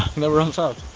never runs out.